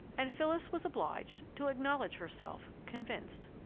and phyllis was obliged to acknowledge herself convinced.